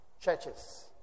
churches